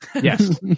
Yes